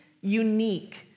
unique